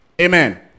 Amen